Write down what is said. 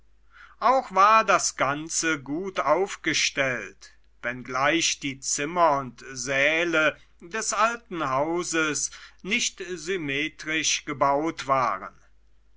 auch war das ganze gut aufgestellt wenngleich die zimmer und säle des alten hauses nicht symmetrisch gebaut waren